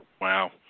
Wow